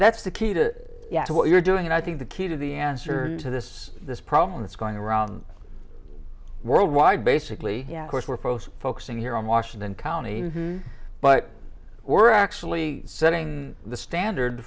that's the key to what you're doing and i think the key to the answer to this this problem that's going wrong worldwide basically yeah of course we're both focusing here on washington county but we're actually setting the standard